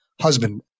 husband